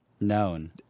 known